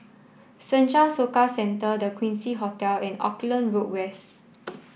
Senja Soka Centre The Quincy Hotel and Auckland Road West